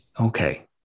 Okay